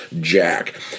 jack